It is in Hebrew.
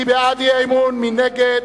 מי בעד האי-אמון, מי נגד?